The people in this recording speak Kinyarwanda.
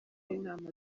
inama